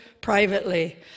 privately